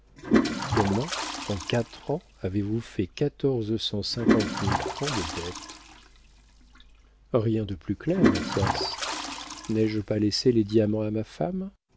comment en quatre ans avez-vous fait quatorze cent cinquante mille francs de dettes rien de plus clair mathias n'ai-je pas laissé les diamants à ma femme